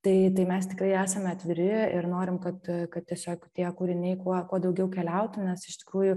tai tai mes tikrai esame atviri ir norim kad kad tiesiog tie kūriniai kuo kuo daugiau keliautų nes iš tikrųjų